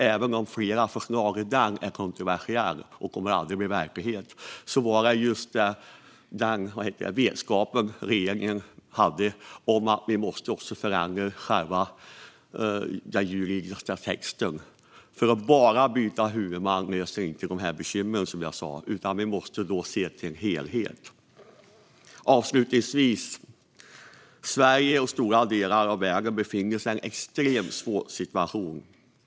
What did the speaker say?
Även om flera förslag i den är kontroversiella och aldrig kommer att bli verklighet var det just den vetskapen regeringen hade, att vi måste förändra själva den juridiska texten. Att bara byta huvudman löser inte bekymren, som jag sa, utan vi måste se till helheten. Avslutningsvis befinner sig Sverige och stora delar av världen i en extremt svår situation.